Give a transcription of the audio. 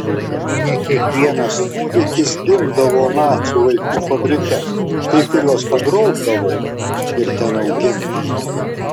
ne kiekvienas kūdikis gimdavo nacių vaikų fabrike kai kuriuos pagrobdavo ir ten augindavo